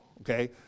okay